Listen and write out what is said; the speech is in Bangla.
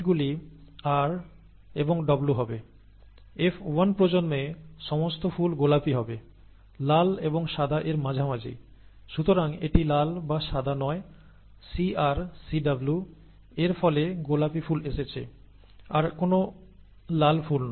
F1 প্রজন্মে সমস্ত ফুল গোলাপী হবে লাল এবং সাদা এর মাঝামাঝি সুতরাং এটি লাল বা সাদা নয় CR CW এর ফলে গোলাপী ফুল এসেছে আর কোনও লাল ফুল নয়